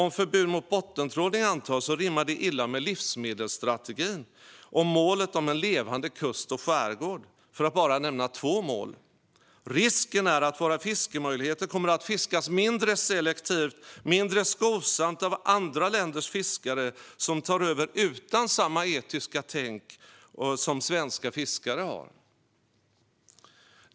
Om förbud mot bottentrålning antas rimmar det illa med livsmedelsstrategin och målet om en levande kust och skärgård, för att bara nämna två saker. Risken är att våra fiskemöjligheter kommer att fiskas mindre selektivt och mindre skonsamt av andra länders fiskare som tar över utan samma etiska tänk som svenska fiskare har.